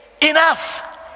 enough